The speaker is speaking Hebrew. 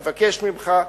מבקש ממך,